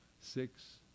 six